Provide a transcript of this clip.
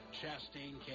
Chastain